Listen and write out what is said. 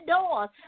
doors